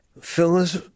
Phyllis